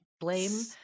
blame